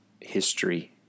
history